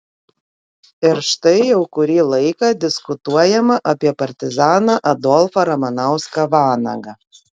ir štai jau kurį laiką diskutuojama apie partizaną adolfą ramanauską vanagą